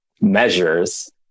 measures